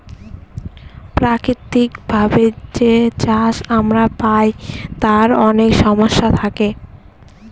প্রাকৃতিক ভাবে যে চাষ আমরা পায় তার অনেক সমস্যা থাকে